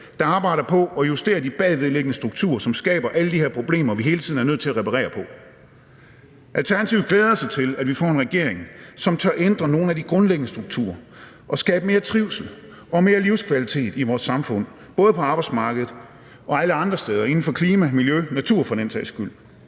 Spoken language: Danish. der arbejder på at justere de bagvedliggende strukturer, som skaber alle de her problemer, vi hele tiden er nødt til at reparere på. Alternativet glæder sig til, at vi får en regering, som tør ændre nogle af de grundlæggende strukturer og skabe mere trivsel og mere livskvalitet i vores samfund, både på arbejdsmarkedet og andre steder, inden for klima, miljø, natur for den sags skyld.